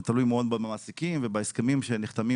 זה תלוי מאוד במעסיקים ובהסכמים שנחתמים